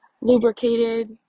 lubricated